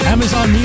Amazon